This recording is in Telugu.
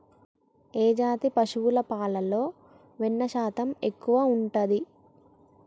ఏ జాతి పశువుల పాలలో వెన్నె శాతం ఎక్కువ ఉంటది?